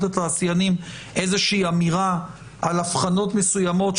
התעשיינים איזושהי אמירה על הבחנות מסוימות,